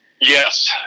Yes